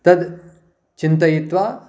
तद् चिन्तयित्वा